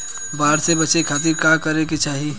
बाढ़ से बचे खातिर का करे के चाहीं?